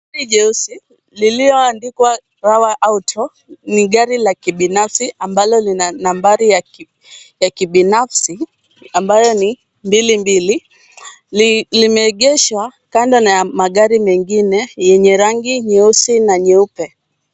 Gari jeusi lililo andikwa Rawa auto ni gari la kibinafsi ambalo lina nambari ya kibinafsi ambayo ni mbili mbili. Limeegeshwa kando na magari mengine yenye rangi nyeusi na nyeupe.